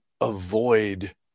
avoid